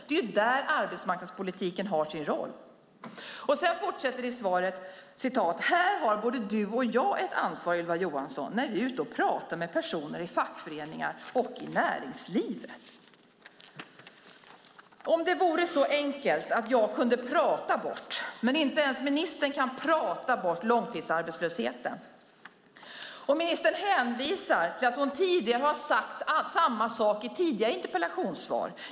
Det är där arbetsmarknadspolitiken har sin roll. Svaret fortsätter: "Här har både du och jag ett ansvar, Ylva Johansson, när vi är ute och pratar med personer i fackföreningar och i näringslivet." Om det vore så enkelt att jag kunde prata bort långtidsarbetslösheten, men inte ens ministern kan prata bort den. Ministern hänvisar till att hon har sagt samma sak i tidigare interpellationssvar.